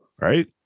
right